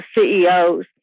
CEOs